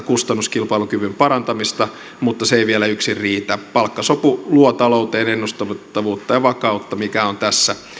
kustannuskilpailukyvyn parantamisessa mutta se ei vielä yksin riitä palkkasopu luo talouteen ennustettavuutta ja vakautta mikä on tässä